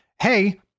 Hey